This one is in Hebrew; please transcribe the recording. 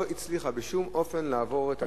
שלא הצליחה בשום אופן לעבור את הרחוב.